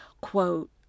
quote